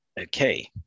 Okay